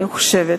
אני חושבת,